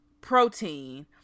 protein